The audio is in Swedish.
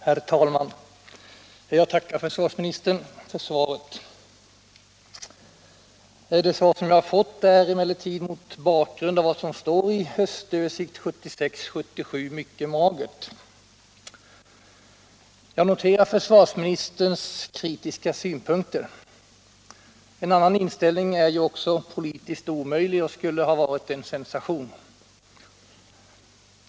Herr talman! Jag tackar försvarsministern för svaret, vilket mot bakgrund av vad som står i Höstöversikt angående värnpliktskrav 76/77 är mycket magert. Jag noterar försvarsministerns kritiska synpunkter. En annan inställning är ju också politiskt omöjlig och skulle ha varit en sensation.